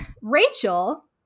Rachel